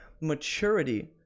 maturity